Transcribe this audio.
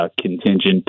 contingent